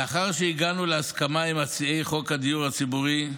לאחר שהגענו להסכמה עם מציעי חוק הדיור הציבורי,